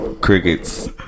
crickets